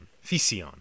Fission